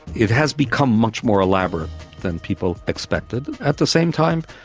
it has become much more elaborate than people expected. at the same time,